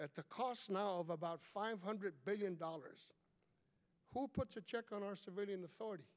at the cost novel about five hundred billion dollars who puts a check on our civilian authority